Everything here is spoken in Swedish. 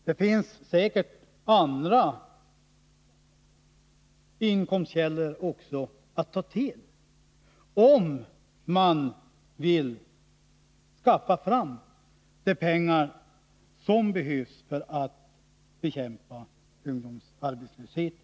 Det finns säkerligen även andra inkomstkällor att ta till, om man vill skaffa fram de pengar som behövs för att bekämpa ungdomsarbetslösheten.